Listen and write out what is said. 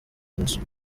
inzu